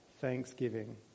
thanksgiving